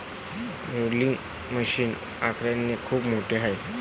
rolling machine आकाराने खूप मोठे आहे